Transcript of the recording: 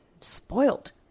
spoiled